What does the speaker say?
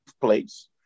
place